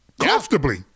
Comfortably